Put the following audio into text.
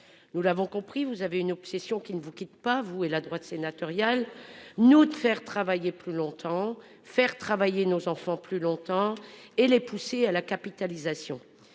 Nous l'avons compris, vous avez une obsession qui ne vous quitte pas, vous et la droite sénatoriale : nous faire travailler plus longtemps, faire travailler nos enfants plus longtemps et les pousser à la capitalisation.